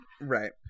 Right